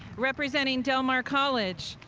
representing del mar college,